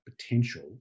potential